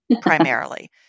primarily